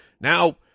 Now